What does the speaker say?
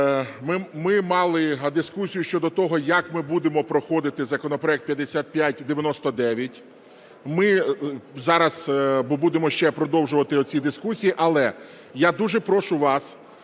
Ми мали дискусію щодо того як ми будемо проходити законопроект 5599. Ми зараз будемо ще продовжувати оці дискусії. Але я дуже прошу вас,